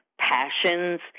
Passions